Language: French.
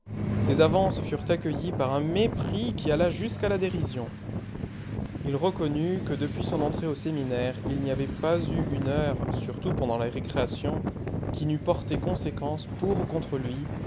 ses avances furent accueillies par un mépris qui alla jusqu'à la dérision il reconnut que depuis son entrée au séminaire il n'y avait pas eu une heure surtout pendant les récréations qui n'eût porté conséquence pour ou contre lui